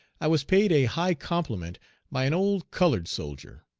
i was paid a high compliment by an old colored soldier.